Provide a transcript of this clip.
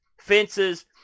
fences